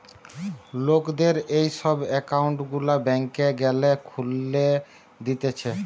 লোকদের এই সব একউন্ট গুলা ব্যাংকে গ্যালে খুলে দিতেছে